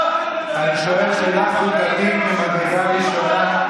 אני שואל שאלה חוקתית ממדרגה ראשונה,